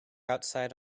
outside